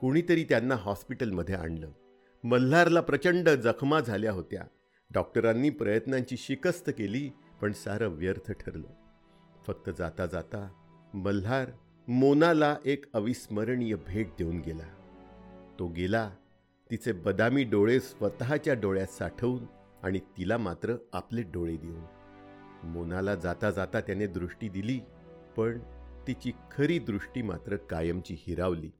कोणीतरी त्यांना हॉस्पिटलमध्ये आणलं. मल्हारला प्रचंड जखमा झाल्या होत्या. डॉक्टरांनी प्रयत्नांची शिकस्त केली, पण सारं व्यर्थ ठरलं. फक्त जाता-जाता मल्हार मोनाला एक अविस्मरणीय भेट देऊन गेला. तो गेला, तिचे बदामी डोळे स्वतःच्या डोळ्यात साठवून आणि तिला मात्र आपले डोळे देऊन. मोनाला जाता-जाता त्याने दृष्टी दिली, पण तिची खरी दृष्टी मात्र कायमची हिरावली.